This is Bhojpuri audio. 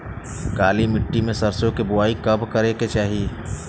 काली मिट्टी में सरसों के बुआई कब करे के चाही?